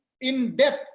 in-depth